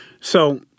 So-